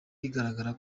bigaragara